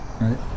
Right